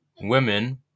women